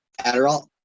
Adderall